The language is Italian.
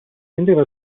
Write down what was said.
rendeva